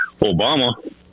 Obama